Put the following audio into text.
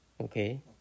okay